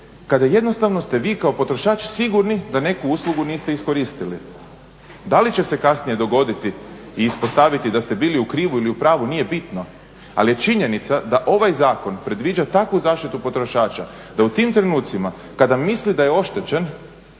kada jednostavno ste vi kao potrošači sigurni da neku uslugu niste iskoristili. Da li će se kasnije dogoditi i ispostaviti da ste bili u krivu ili u pravu nije bitno, ali je činjenica da ovaj zakon predviđa takvu zaštitu potrošača da u tim trenucima kada misli da je oštećen